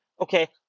Okay